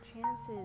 chances